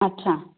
अच्छा